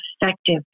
effective